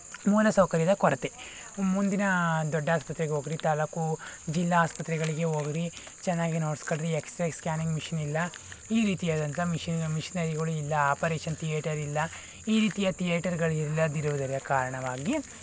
ಮೂಲ ಸೌಕರ್ಯದ ಕೊರತೆ ಮುಂದಿನ ದೊಡ್ಡ ಆಸ್ಪತ್ರೆ ಹೋಬಳಿ ತಾಲ್ಲೂಕು ಜಿಲ್ಲಾ ಆಸ್ಪತ್ರೆಗಳಿಗೆ ಹೋಗ್ರಿ ಚೆನ್ನಾಗಿ ನೋಡಿಸ್ಕೊರಿ ಎಕ್ಸ್ ರೇ ಸ್ಕ್ಯಾನಿಂಗ್ ಮಿಷಿನಿಲ್ಲ ಈ ರೀತಿ ಆದಂತಹ ಮಿಷಿನ್ ಮಿಷಿನರಿಗಳಿಲ್ಲ ಆಪರೇಷನ್ ಥಿಯೇಟರ್ ಇಲ್ಲ ಈ ರೀತಿಯ ಥಿಯೇಟರ್ಗಳು ಇಲ್ಲದಿರುವುದರ ಕಾರಣವಾಗಿ